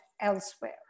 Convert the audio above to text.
elsewhere